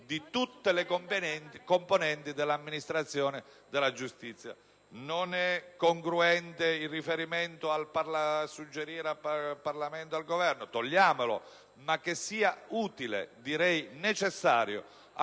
di tutte le componenti dell'amministrazione della giustizia. Non si ritiene congruente il riferimento a suggerire al Parlamento o al Governo? Togliamolo, ma che sia utile, direi necessario,